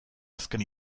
azken